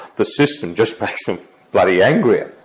the system just makes them bloody angrier.